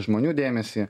žmonių dėmesį